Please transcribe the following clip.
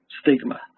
stigma